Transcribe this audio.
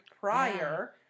prior